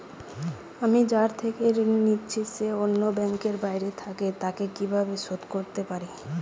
আমি যার থেকে ঋণ নিয়েছে সে অন্য ব্যাংকে ও বাইরে থাকে, তাকে কীভাবে শোধ করতে পারি?